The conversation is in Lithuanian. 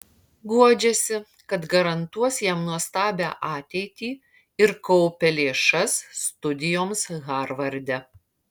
guodžiasi kad garantuos jam nuostabią ateitį ir kaupia lėšas studijoms harvarde